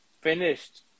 finished